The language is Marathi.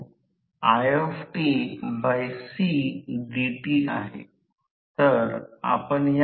तर प्रवाह I 1आणि I 2 दोन्ही बाजूंनी जाईल